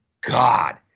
God